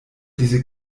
diese